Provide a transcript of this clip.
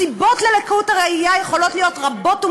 הסיבות ללקות הראייה יכולות להיות רבות ומגוונות,